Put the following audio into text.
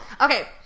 okay